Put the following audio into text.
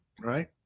Right